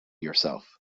yourself